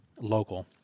local